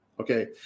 Okay